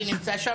חבר הכנסת פרוש,